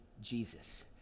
Jesus